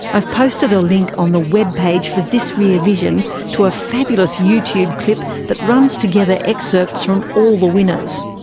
i've posted a link on the webpage for this rear vision to a fabulous youtube clip that runs together excerpts from all the winners.